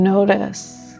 Notice